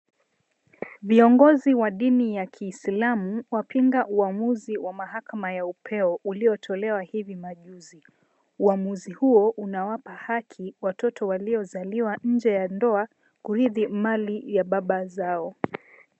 Viongozi wa dini ya kiislamu wapinga uamuzi wa mahakama ya upeo uliotolewa hivi majuzi. Uamuzi huo unawapa haki watoto walizaliwa nje ya ndoa kurithi mali ya baba zao.